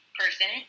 person